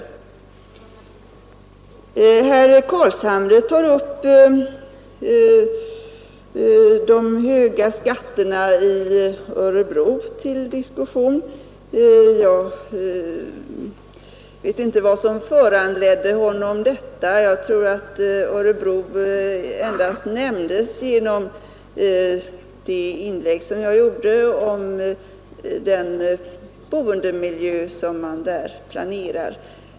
Herr Carlshamre tog upp den höga kommunalskatten i Örebro till diskussion. Jag vet inte vad som föranledde honom till detta. Jag tror att Örebro endast nämndes i mitt tidigare inlägg med anledning av den bostadsmiljö som man där planerar.